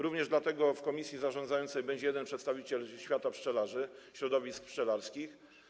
Również dlatego w komisji zarządzającej będzie jeden przedstawiciel świata pszczelarzy, środowisk pszczelarskich.